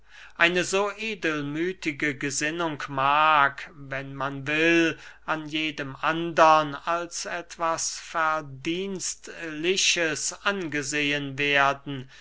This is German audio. eine so edelmüthige gesinnung mag wenn man will an jedem andern als etwas verdienstliches angesehen werden